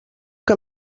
que